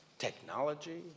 technology